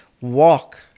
walk